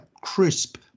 crisp